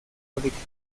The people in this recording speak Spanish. política